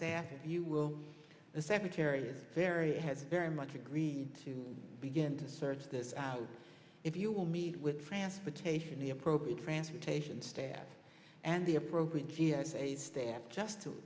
staff if you will the secretary are very has very much agreed to begin to search this if you will meet with transportation the appropriate transportation staff and the appropriate g s a staff just to